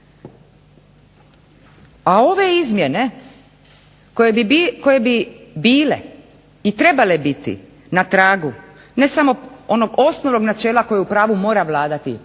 A ove izmjene koje bi bile i trebale biti na tragu ne samo onog osnovnog načela koje u pravu mora vladati,